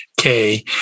Okay